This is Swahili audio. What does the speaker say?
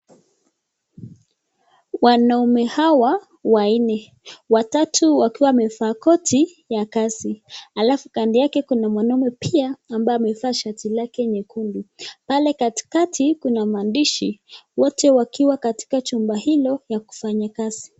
Wanaume hawa wanne, watatu wakiwa wamevaa koti ya kazi alafu kando yake kuna mwanaume pia ambaye amevaa shati lake nyekundu , pale katikati kuna maandishi , wote wakiwa katika jumba hilo ya kufanya kazi.